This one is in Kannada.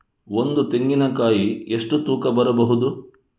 ಒಂದು ತೆಂಗಿನ ಕಾಯಿ ಎಷ್ಟು ತೂಕ ಬರಬಹುದು?